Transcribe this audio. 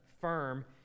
firm